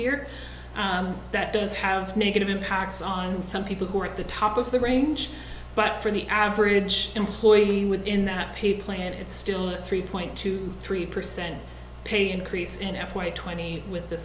year that does have negative impacts on some people who are at the top of the range but for the average employee within that people and it's still a three point two three percent pay increase in f y twenty with the